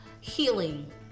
healing